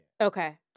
Okay